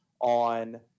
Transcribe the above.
on